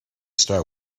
star